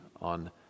on